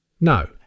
No